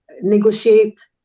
negotiate